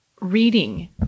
reading